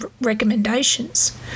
recommendations